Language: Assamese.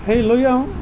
সেই লৈ আহোঁ